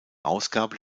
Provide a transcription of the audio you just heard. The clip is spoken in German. ausgabe